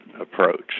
approach